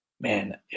man